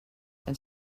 and